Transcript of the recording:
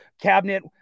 cabinet